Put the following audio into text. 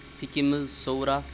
سِکِمٕز Soura